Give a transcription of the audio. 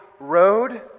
road